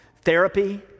therapy